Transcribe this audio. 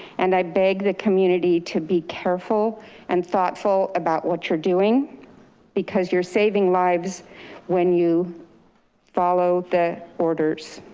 and i beg the community to be careful and thoughtful about what you're doing because you're saving lives when you follow the orders.